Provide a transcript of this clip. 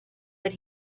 that